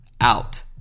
out